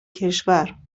کشور